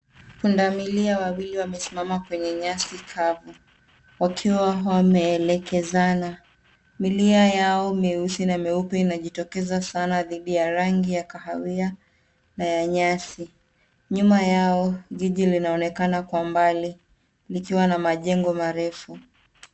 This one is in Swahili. Pundamilia wawili wamesimama kwenye nyasi kavu wakiwa wameelekezana. Milia yao meusi inajitokeza sana dhidi ya rangi ya kahawia na ya nyasi. Nyuma yao jiji linaonekana kwa mbali likiwa na majengo marefu.